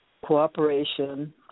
cooperation